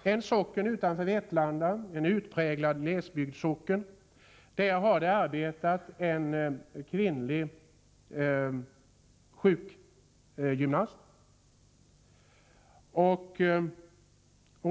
Det gäller en kvinnlig sjukgymnast som arbetat i en socken utanför Vetlanda, en utpräglad glesbygdssocken. Kvinnan